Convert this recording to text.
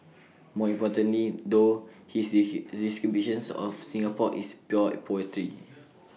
more importantly though his descriptions of Singapore is pure poetry